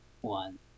one